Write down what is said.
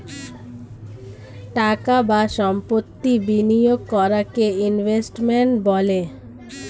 টাকা বা সম্পত্তি বিনিয়োগ করাকে ইনভেস্টমেন্ট বলে